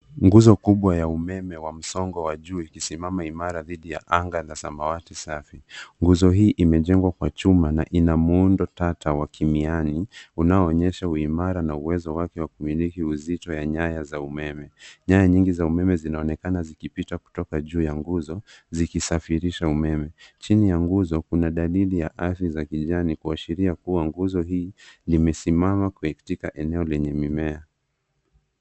Nguzo kubwa ya umeme wa msongo wa juu ikisimama imara didhi ya anga la samawati. Nguzo hii imejengwa kwa chuma na ina muundo tata wa kimiani unaoonyesha uimara na uwezo wake wa kumiliki uzito wa nyaya za umeme. Nyaya nyingi za umeme zinaonekana zikipita kutoka juu ya nguzo zikisafirisha umeme. Chini ya nguzo kuna dalili ya ardhi za kijani kuashiria kuwa nguzo hii limesimama katika eneo lenye mimea.